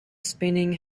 spinning